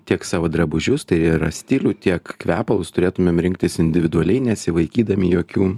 tiek savo drabužius tai yra stilių tiek kvepalus turėtumėm rinktis individualiai nesivaikydami jokių